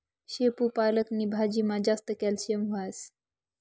शेपू पालक नी भाजीमा जास्त कॅल्शियम हास